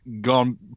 gone –